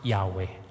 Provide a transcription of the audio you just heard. Yahweh